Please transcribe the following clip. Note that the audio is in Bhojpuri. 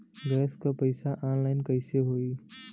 गैस क पैसा ऑनलाइन कइसे होई?